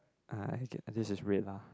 uh I get this is red lah